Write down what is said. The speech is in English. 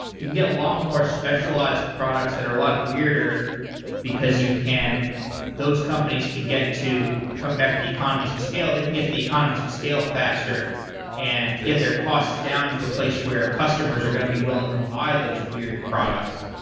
you can get a lot more specialized products that are a lot weirder because you can those companies can come back to the economies of scale. they can get to the economies of scale faster and get their costs down to a place where customers are going be willing to buy those weird products.